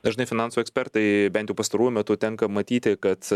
dažnai finansų ekspertai bent jau pastaruoju metu tenka matyti kad